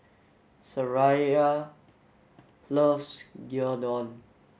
Sariah loves Gyudon